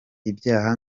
ibyaha